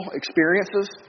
experiences